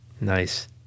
Nice